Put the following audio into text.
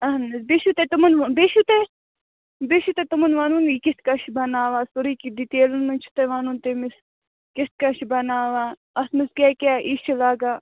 اَہَن حظ بیٚیہِ چھُ تۄہہِ تِمَن ہُنٛد بیٚیہِ چھُ تۄہہِ بیٚیہِ چھُ تۄہہِ تِمَن وَنُن یہِ کِتھٕ پٲٹھۍ چھِ بَناوان سورُے کیٚنٛہہ ڈِٹیلَن منٛز چھُ تۄہہِ وَنُن تٔمِس کِتھٕ پٲٹھۍ چھِ بَناوان اَتھ منٛز کیٛاہ کیٛاہ یہِ چھُ لَگان